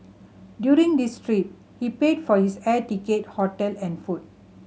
during his trip he paid for his air ticket hotel and food